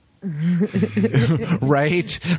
right